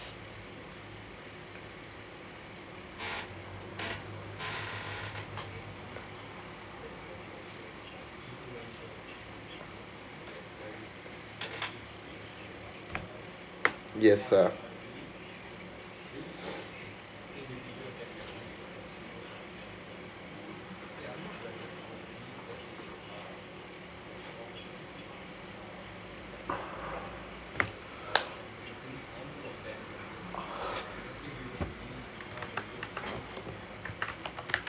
yes sir